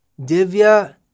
Divya